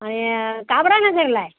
आणि काबरा नगरला आहे